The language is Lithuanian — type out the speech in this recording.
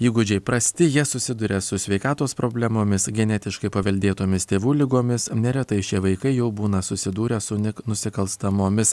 įgūdžiai prasti jie susiduria su sveikatos problemomis genetiškai paveldėtomis tėvų ligomis neretai šie vaikai jau būna susidūrę su nusikalstamomis